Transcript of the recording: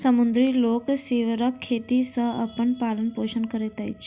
समुद्री लोक सीवरक खेती सॅ अपन पालन पोषण करैत अछि